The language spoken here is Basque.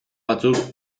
batzuk